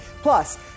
Plus